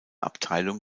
abteilung